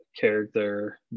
character